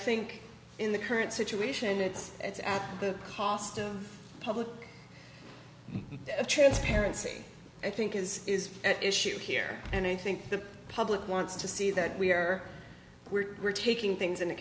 think in the current situation it's it's at the cost of public transparency i think is is at issue here and i think the public wants to see that we're we're taking things into